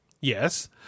Yes